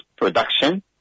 production